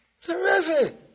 Terrific